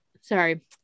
sorry